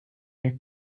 your